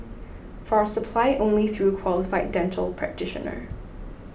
for supply only through qualified dental practitioner